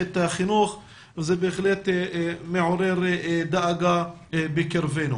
מערכת החינוך, וזה בהחלט מעורר דאגה בקרבנו.